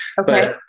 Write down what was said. Okay